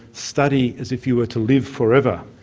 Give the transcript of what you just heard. study as if you were to live forever'.